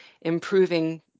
improving